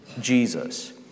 Jesus